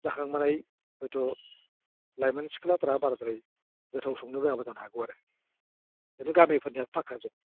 जाखांबोनाय हयथ' लाइमोन सिख्लाफ्रा बाराद्राय गोथाव संनो रोङाबो जानो हागौ आरो किन्तु गामिफोरनियाव पाक्काजोब